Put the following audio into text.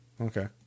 okay